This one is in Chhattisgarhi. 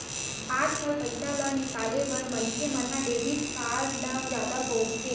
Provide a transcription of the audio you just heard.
आजकाल पइसा ल निकाले बर मनखे मन ह डेबिट कारड ल जादा बउरथे